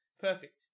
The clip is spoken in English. Perfect